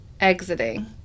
exiting